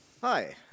Hi